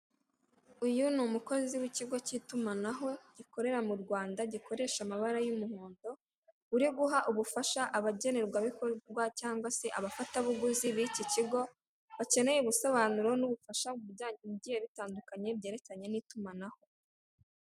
Uyu ni umukozi w'ikigo cy'itumanaho, gikorera mu Rwanda, gikoresha amabara y'umuhondo, uri guha ubufasha abagnerwabikorwa cyangwa se abafatabuguzi b'iki kigo, bakeneye ubusobanuro n'ubufasha mu bigiye bitandukanye, byerekeranye n'itumanaho.